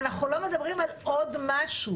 אנחנו לא מדברים על עוד משהו.